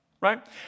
right